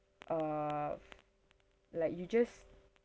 uh like you just